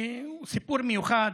סיפור מיוחד,